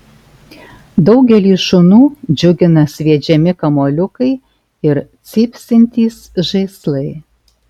daugelį šunų džiugina sviedžiami kamuoliukai ir cypsintys žaislai